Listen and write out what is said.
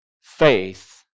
faith